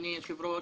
אדוני היושב-ראש,